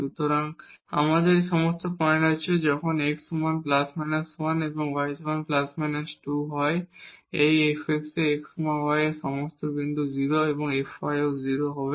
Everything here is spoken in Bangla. সুতরাং আমাদের এই সমস্ত পয়েন্ট আছে যখন x সমান ± 1 এবং y সমান ± 2 এই fx এ x y এই সমস্ত বিন্দু এই 0 এবং fy ও 0